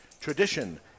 tradition